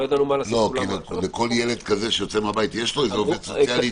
כל ילד כזה שיוצא מהבית, יש לו עובדת סוציאלית